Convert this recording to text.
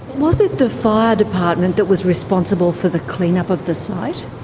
was it the fire department that was responsible for the clean-up of the site?